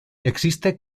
existe